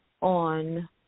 on